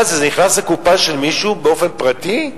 מה, זה נכנס לקופה של מישהו באופן פרטי?